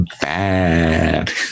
bad